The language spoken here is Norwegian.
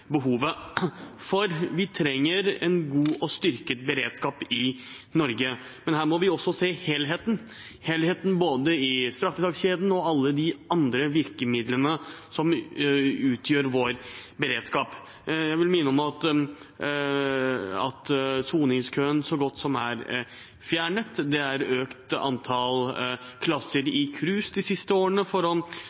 Vi trenger en god og styrket beredskap i Norge, men her må vi også se helheten – helheten både i straffesakskjeden og i alle de andre virkemidlene som utgjør vår beredskap. Jeg vil minne om at soningskøen er så godt som fjernet, antall plasser i KRUS er økt de siste årene for å